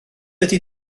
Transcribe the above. ydy